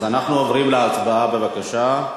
אז אנחנו עוברים להצבעה, בבקשה.